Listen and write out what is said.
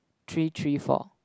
three three four